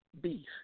beef